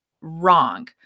wrong